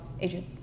agent